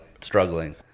struggling